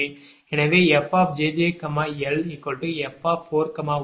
எனவே fjjlf415